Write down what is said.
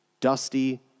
dusty